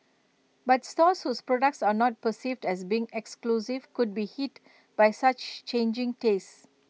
but stores whose products are not perceived as being exclusive could be hit by such changing tastes